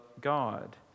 God